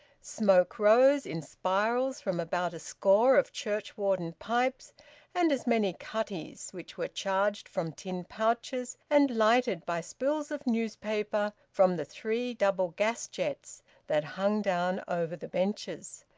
smoke rose in spirals from about a score of churchwarden pipes and as many cutties, which were charged from tin pouches, and lighted by spills of newspaper from the three double gas-jets that hung down over the benches.